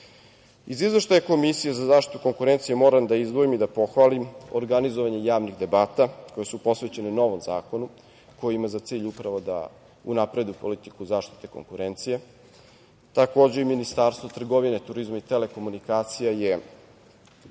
izveštaja Komisije za zaštitu konkurencije moram da izdvojim i da pohvalim organizovanje javnih debata koje su posvećene novom zakonu, koji ima za cilj upravo da unapredi politiku zaštite konkurencije. Takođe, i Ministarstvo trgovine, turizma i telekomunikacija je